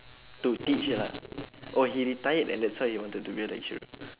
to teach ah oh he retired and that's why he wanted to be a lecturer